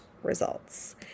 results